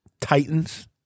Titans